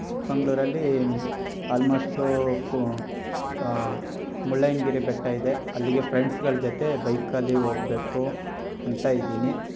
ಚಿಕ್ಮಗ್ಳೂರಲ್ಲಿ almost ಪು Mullayanagiri ಬೆಟ್ಟ ಇದೆ ಅಲ್ಲಿಗೆ ಫ್ರೆಂಡ್ಸ್ಗಳ ಜೊತೆ ಬೈಕಲ್ಲಿ ಹೋಗ್ಬೇಕು ಅಂತ ಇದ್ದೀನಿ